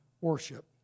worship